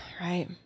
right